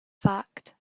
fact